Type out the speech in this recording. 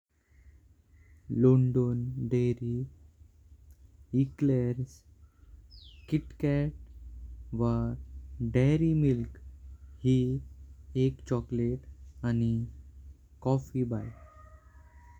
London Dairy, Eclairs, KitKat व एक Dairy Milk ही एक चॉकलेट, आणि कॉफी बाईट।